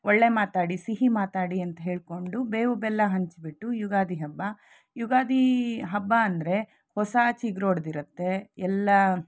ಒಳ್ಳೆಯ ಮಾತಾಡಿ ಸಿಹಿ ಮಾತಾಡಿ ಅಂತ ಹೇಳ್ಕೊಂಡು ಬೇವು ಬೆಲ್ಲ ಹಂಚಿಬಿಟ್ಟು ಯುಗಾದಿ ಹಬ್ಬ ಯುಗಾದಿ ಹಬ್ಬ ಅಂದರೆ ಹೊಸ ಚಿಗರೊಡ್ದಿರತ್ತೆ ಎಲ್ಲ